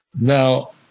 Now